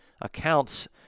accounts